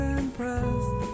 impressed